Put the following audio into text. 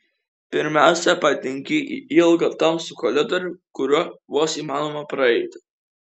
pirmiausia patenki į ilgą tamsų koridorių kuriuo vos įmanoma praeiti